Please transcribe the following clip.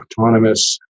autonomous